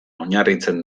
oinarritzen